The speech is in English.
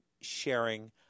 sharing